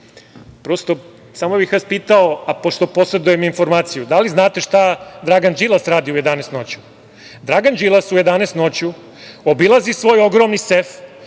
potrebna? Samo bih vas pitao, pošto posedujem informaciju, da li znate šta Dragan Đilas radi u 11 noću? Dragan Đilas u 11 noću obilazi svoj ogromni sef